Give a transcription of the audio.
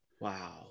Wow